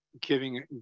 giving